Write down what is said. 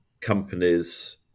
companies